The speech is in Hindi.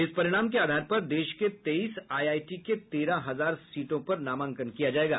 इस परिणाम के आधार पर देश के तेईस आईआईटी के तेरह हजार सीटों पर नामांकन किया जायेगा